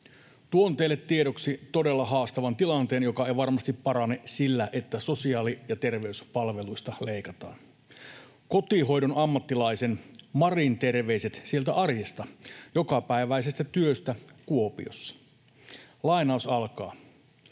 Tuon teille tiedoksi todella haastavan tilanteen, joka ei varmasti parane sillä, että sosiaali- ja terveyspalveluista leikataan: kotihoidon ammattilaisen, Marin, terveiset sieltä arjesta, jokapäiväisestä työstä Kuopiossa: ”Pitkiä